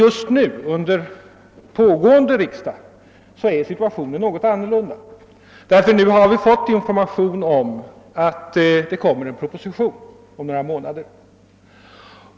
Under den nu pågående riksdagen är situationen dock något annorlunda, eftersom vi nu fått meddelande om att en proposition är att vänta om några månader.